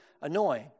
annoying